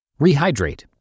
Rehydrate